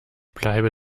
bleibe